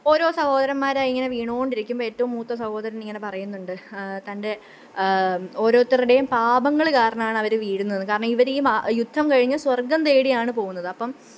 ഓരോ സഹോദരന്മാരായിങ്ങനെ വീണുകൊണ്ടിരിക്കുമ്പം ഏറ്റവും മൂത്ത സഹോദരനിങ്ങനെ പറയുന്നുണ്ട് തന്റെ ഓരോരുത്തരുടെയും പാപങ്ങള് കാരണമാണവര് വീഴുന്നത് കാരണം ഇവർ ഈ മ യുദ്ധം കഴിഞ്ഞ് സ്വര്ഗം തേടിയാണ് പോകുന്നത് അപ്പം